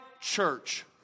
church